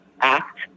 act